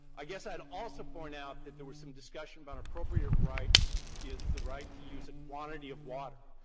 i guess, i would also point out that there was some discussion about an appropriative right is the right to use a quantity of water.